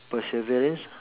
perseverance